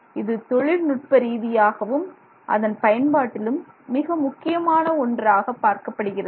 இது தொழில் நுட்ப ரீதியாகவும் அதன் பயன்பாட்டிலும் மிக முக்கியமான ஒன்றாக பார்க்கப்படுகிறது